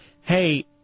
Hey